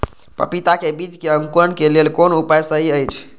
पपीता के बीज के अंकुरन क लेल कोन उपाय सहि अछि?